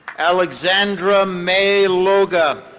alexandra may loga.